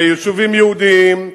ביישובים יהודיים,